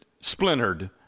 splintered